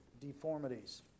deformities